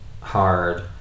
hard